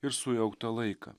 ir sujauktą laiką